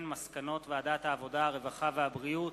מסקנות ועדת העבודה, הרווחה והבריאות